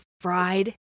fried